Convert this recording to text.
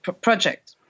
project